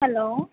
hello